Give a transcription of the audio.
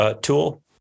tool